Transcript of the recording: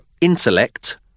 intellect